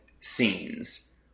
scenes